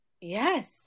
Yes